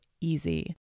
easy